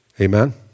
Amen